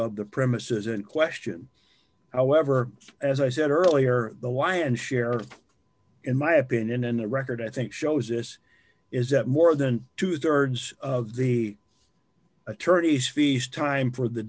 the premises in question however as i said earlier the why and share in my opinion and the record i think shows this is that more than two thirds of the attorneys fees time for the